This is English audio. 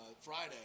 Friday